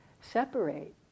separate